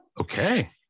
Okay